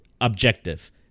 objective